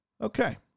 Okay